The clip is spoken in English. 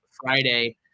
Friday